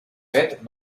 fet